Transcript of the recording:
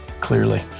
Clearly